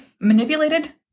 manipulated